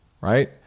right